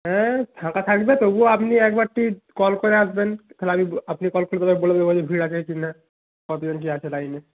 হ্যাঁ ফাঁকা থাকবে তবুও আপনি একবারটি কল করে আসবেন তাহলে আমি আপনি কল করলে বলে দেবো কী ভিড় আছে কি না কতজন কী আছে লাইনে